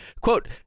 quote